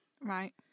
Right